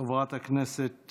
חברת הכנסת